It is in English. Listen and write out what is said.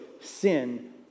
sin